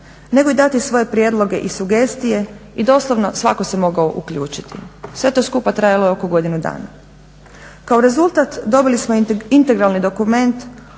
nego i dati svoje prijedloge i sugestije i doslovno svatko se mogao uključiti. Sve to skupa trajalo je oko godinu dana. Kao rezultat dobili smo integralni dokument